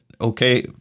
okay